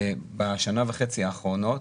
בשנה וחצי האחרונות,